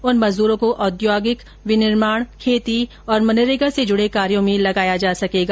उन मजदूरों को औद्योगिक विनिर्माण खेती और मनरेगा से जुड़े कार्यो में लगाया जा सकेगा